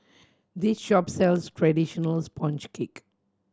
this shop sells traditional sponge cake